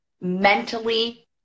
mentally